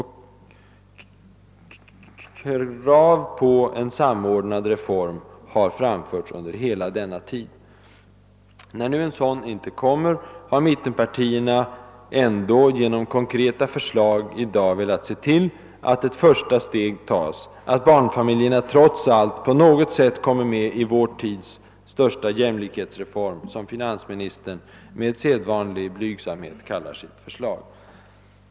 Krav på en samordnad reform har framförts under hela denna tid. När det nu inte framlagts något propositionsförslag om en sådan reform, har mittenpartierna ändå genom konkreta förslag velat se till att ett första steg tas, för att även barnfamiljerna trots allt på något sätt skall komma med i »vår tids största jämlikhetsreform«, som finansministern med sedvanlig blygsamhet kallar sitt förslag.